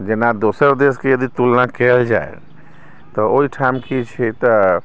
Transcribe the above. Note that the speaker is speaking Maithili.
जेना दोसर देशके यदि तुलना कयल जाय तऽ ओहिठाम की छै तऽ